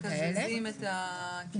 מקזזים את הקצבה.